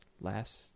last